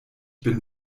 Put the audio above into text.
bin